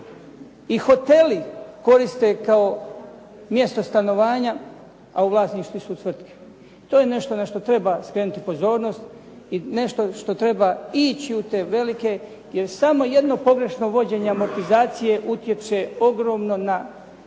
i hoteli koriste kao mjesto stanovanja, a u vlasništvu su tvrtke. To je nešto na što treba skrenuti pozornost i nešto što treba ići u te velike jer samo jedno pogrešno vođenje amortizacije utječe ogromno na